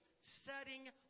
setting